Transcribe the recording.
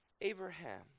Abraham